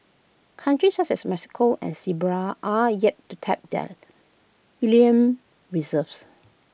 countries such as Mexico and Serbia are yet to tap their ilium reserves